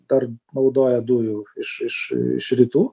dar naudoja dujų iš iš iš rytų